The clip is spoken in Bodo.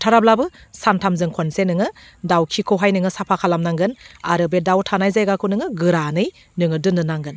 हाथाराब्लाबो सानथामजों खनसे नोङो दाउखिखौहाय नोङो साफा खालामनांगोन आरो बे दाउ थानाय जायगाखौ नोङो गोरानै नोङो दोननो नांगोन